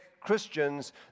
Christians